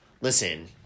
Listen